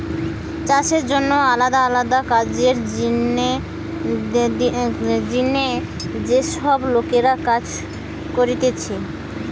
চাষের জন্যে আলদা আলদা কাজের জিনে যে সব লোকরা কাজ করতিছে